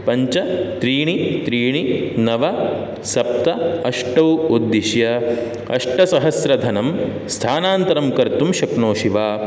पञ्च त्रीणि त्रीणि नव सप्त अष्ट उद्दिश्य अष्टसहस्रं धनं स्थानान्तरं कर्तुं शक्नोसि वा